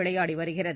விளையாடி வருகிறது